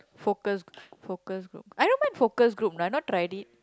focus focus I don't mind focus group I have not tried it